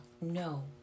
no